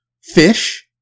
Fish